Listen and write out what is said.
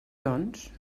doncs